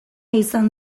izan